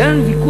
והיה לנו ויכוח,